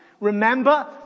Remember